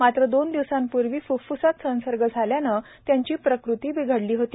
मात्र दोन दिवसापूर्वी फफफसात संसर्ग झाल्यानं त्यांची प्रकृती बिघडली होती